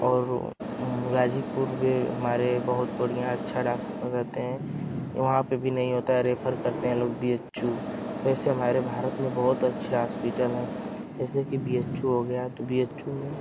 और गाजीपुर में हमारे बहुत बढ़िया अच्छा डाक्टर रहते हैं वहाँ पे भी नहीं होता है रेफर करते हैं लोग बी एच यू वैसे हमारे भारत में बहुत अच्छे हासपिटल हैं जैसे कि बी एच यू हो गया तो बी एच यू में